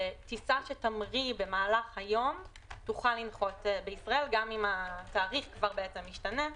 טיסה שתמריא במהלך היום תוכל לנחות בישראל גם אם התאריך ישתנה.